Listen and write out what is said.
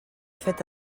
fet